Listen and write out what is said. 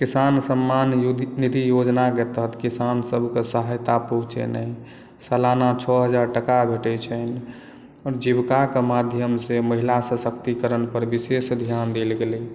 किसान सम्मान निधि योजनाकेँ तहत किसान सब के सहायता पहुँचेनाइ सालाना छओ हजार टका भेटैत छनि जीविका के माध्यम सॅं महिला सशक्तिकरण पर विशेष ध्यान देल गेलै